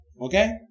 Okay